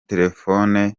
telefone